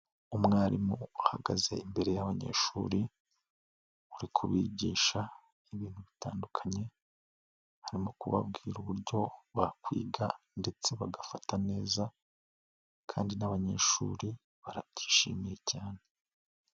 Umwarimu uhagaze imbere y'abanyeshuri uri kubigisha ibintu bitandukanye aho arimo kubabwira uburyo bakwiga ndetse bagafata neza kandi n'abanyeshuri barabyishimiye cyane.